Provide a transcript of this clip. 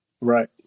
Right